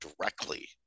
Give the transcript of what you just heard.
directly